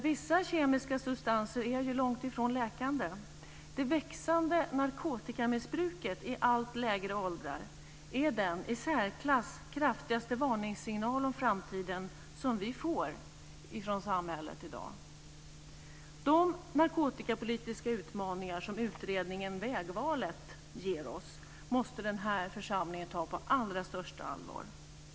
Vissa kemiska substanser är ju långtifrån läkande. Det växande narkotikamissbruket i allt lägre åldrar är den i särklass kraftigaste varningssignal om framtiden som vi får från samhället i dag. De narkotikapolitiska utmaningar som utredningen Vägvalet ger oss måste denna församling ta på allra största allvar.